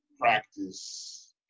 practice